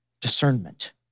discernment